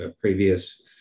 previous